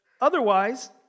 otherwise